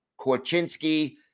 Korchinski